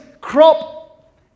crop